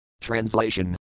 Translation